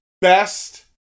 best